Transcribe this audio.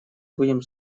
будем